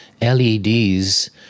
leds